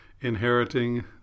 inheriting